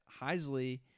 Heisley—